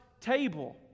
table